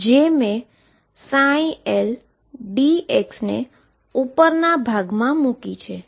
જે મેં ldx ને ઉપર ના ભાગમા મૂકી છે